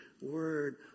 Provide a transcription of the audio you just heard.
Word